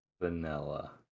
Vanilla